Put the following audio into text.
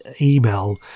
email